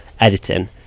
editing